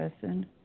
person